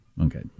Okay